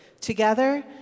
Together